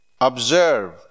observe